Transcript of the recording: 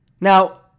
Now